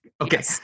okay